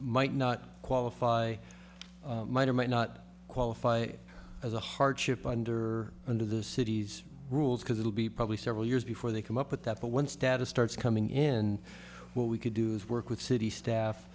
might not qualify might or might not qualify as a hardship under under the city's rules because it'll be probably several years before they come up with that but once data starts coming in what we could do is work with city staff